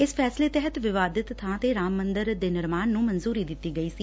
ਇਸ ਫੈਸਲੇ ਤਹਿਤ ਵਿਵਾਦਿਤ ਬਾਂ ਤੇ ਰਾਮ ਮੰਦਰ ਦੇ ਨਿਰਮਾਣ ਨੂੰ ਮਨਜੂਰੀ ਦਿੱਤੀ ਗਈ ਸੀ